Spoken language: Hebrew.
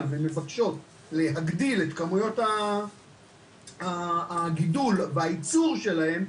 ומבקשות להגדיל את כמויות הגידול והייצור שלהן,